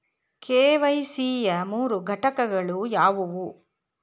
KYC ಯ ಮೂರು ಘಟಕಗಳು ಯಾವುವು?